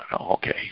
Okay